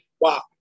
Wow